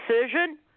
decision